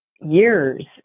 years